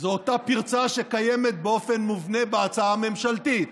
אותה פרצה שקיימת באופן מובנה בהצעה הממשלתית.